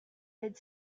mid